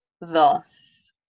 thus